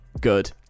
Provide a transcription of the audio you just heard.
good